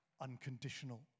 unconditional